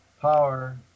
power